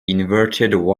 inverted